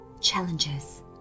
challenges